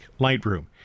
Lightroom